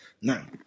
Now